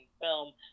film